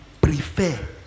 prefer